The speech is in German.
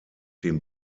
dem